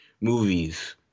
movies